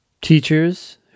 Teachers